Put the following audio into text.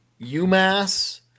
UMass